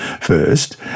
First